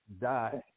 die